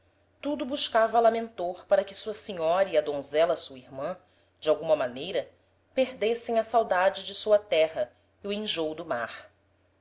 tudo buscava lamentor para que sua senhora e a donzela sua irman de alguma maneira perdessem a saudade de sua terra e o enjôo do mar